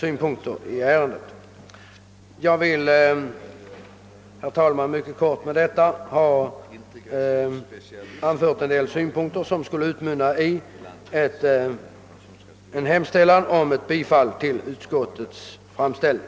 Jag har, herr talman, med dessa få ord anfört en del synpunkter som utmynnar i ett yrkande om bifall till utskottets hemställan.